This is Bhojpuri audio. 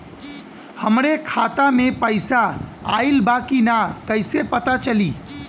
हमरे खाता में पैसा ऑइल बा कि ना कैसे पता चली?